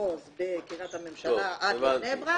מהמחוז בקריית הממשלה עד לבני ברק.